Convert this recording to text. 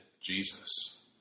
Jesus